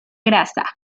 grasa